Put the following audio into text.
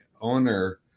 owner